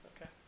Okay